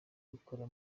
kubikora